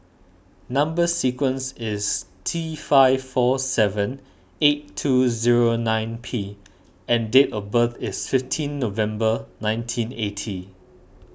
Number Sequence is T five four seven eight two zero nine P and date of birth is fifteen November nineteen eighty